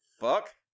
fuck